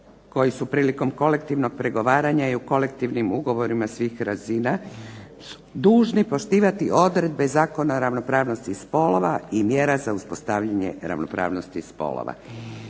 koji su prilikom kolektivnog pregovaranja i kolektivnim ugovorima svih razina dužni poštivati odredbe Zakona o ravnopravnosti spolova i mjera za uspostavljanje ravnopravnosti spolova.